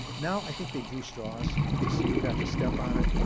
now, i think they drew straws to see who got to step on it.